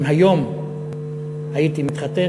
אם היום הייתי מתחתן,